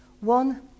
One